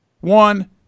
one